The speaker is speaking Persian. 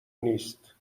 نیست